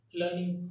learning